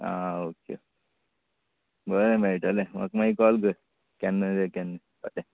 आं ओके बरें मेळटलें म्हाका मागीर कॉल कर केन्न तें केन्न बरें